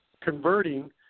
converting